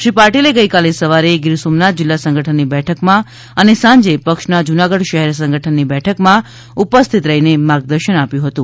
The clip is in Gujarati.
શ્રી પાટિલે ગઈકાલે સવારે ગીર સોમનાથ જિલ્લા સંગઠનની બેઠકમાં અને સાંજે પક્ષના જુનાગઢ શહેર સંગઠની બેઠકમાં ઉપસ્થિત રહીને માર્ગદર્શન આપ્યું હતું